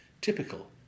typical